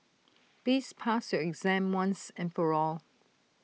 please pass your exam once and for all